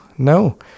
No